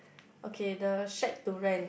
okay the shade to rent